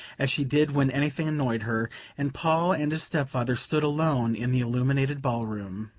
as she did when anything annoyed her and paul and his step-father stood alone in the illuminated ball-room.